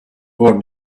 born